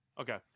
Okay